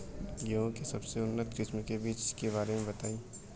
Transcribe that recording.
गेहूँ के सबसे उन्नत किस्म के बिज के बारे में बताई?